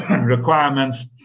requirements